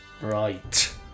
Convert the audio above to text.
Right